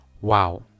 wow